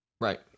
Right